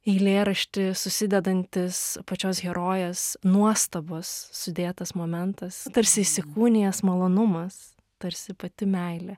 eilėraštį susidedantis pačios herojės nuostabos sudėtas momentas tarsi įsikūnijęs malonumas tarsi pati meilė